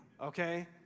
okay